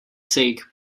sake